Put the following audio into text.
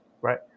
right